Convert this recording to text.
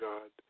God